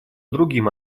другим